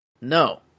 no